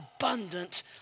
abundant